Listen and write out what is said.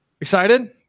Excited